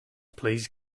plays